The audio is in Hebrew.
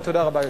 ותודה רבה,